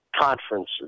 Conferences